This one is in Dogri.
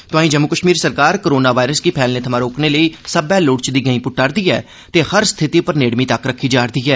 तोआई जम्मू कश्मीर सरकार करोना वायरस गी फैलने थमां रोकने लेई सबै लोड़चदे गैंह पुट्टा'रदी ऐ ते हर स्थिति उप्पर नेड़मी तक्क रक्खी जा रदी ऐ